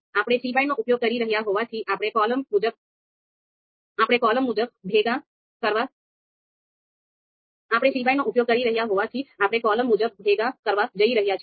આપણે cbind નો ઉપયોગ કરી રહ્યા હોવાથી આપણે કૉલમ મુજબ ભેગા કરવા જઈ રહ્યા છીએ